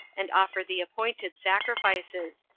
and offer the appointed sacrifices.